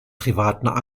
privaten